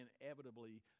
inevitably